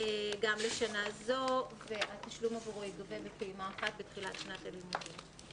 גם לשנה זו והתשלום עבורו יגובה בפעימה אחת בתחילת שנת הלימודים.